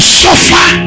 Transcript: suffer